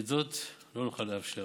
ואת זאת לא נוכל לאפשר.